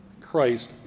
Christ